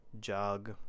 jog